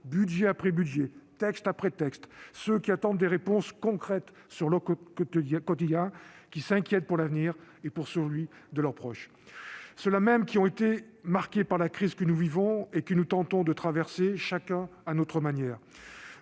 budget après budget, texte après texte, à ceux qui attendent des réponses concrètes pour leur quotidien et qui s'inquiètent pour l'avenir et pour celui de leurs proches. À ceux-là mêmes qui ont été marqués par la crise que nous vivons et que nous tentons de traverser, chacun à notre manière.